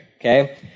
Okay